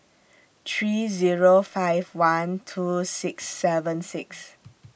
three Zero five one two six seven six